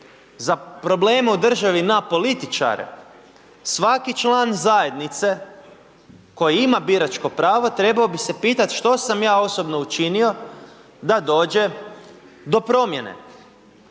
za probleme u državi na političare, svaki član zajednice koji ima biračko pravo trebao bi pitat što sam ja osobno učinio da dođe do promjene.